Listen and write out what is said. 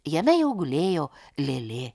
jame jau gulėjo lėlė